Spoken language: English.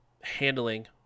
handling